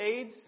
aids